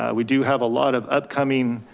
ah we do have a lot of upcoming,